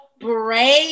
brave